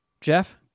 Jeff